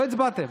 לא הצבעתם.